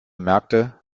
merkte